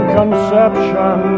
conception